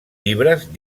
llibres